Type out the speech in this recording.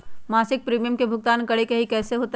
मासिक प्रीमियम के भुगतान करे के हई कैसे होतई?